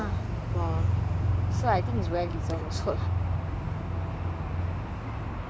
so artificial intelligence !wah! so I think is very decent this work